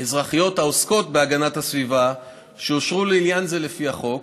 אזרחיות העוסקות בהגנת הסביבה שאושרו לעניין זה לפי החוק